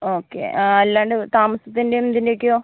ആ ഓക്കെ അല്ലാണ്ട് താമസത്തിൻ്റെയും ഇതിൻ്റെയൊക്കെയോ